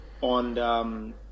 on